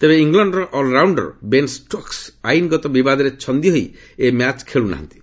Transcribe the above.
ତେବେ ଇଂଲଣ୍ଡର all rounder Ben Stokes ଆଇନଗତ ବିବାଦରେ ଛନ୍ଦିହୋଇ ଏହି ମ୍ୟାଚ୍ ଖେଳୁ ନାହାନ୍ତି